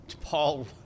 Paul